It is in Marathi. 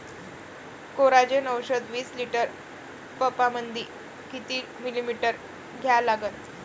कोराजेन औषध विस लिटर पंपामंदी किती मिलीमिटर घ्या लागन?